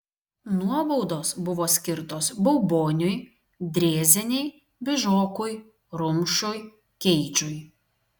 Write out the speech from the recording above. nuobaudos buvo skirtos bauboniui drėzienei bižokui rumšui keidžui